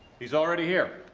he's already here.